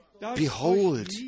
Behold